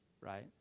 right